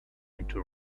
into